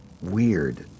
weird